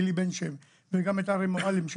לאלי בן שם וגם לאריה מועלם,